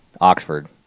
Oxford